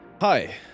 Hi